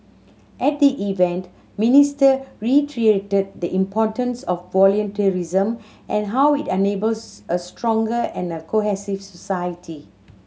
at the event Minister reiterated the importance of volunteerism and how it enables a stronger and cohesive society